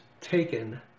taken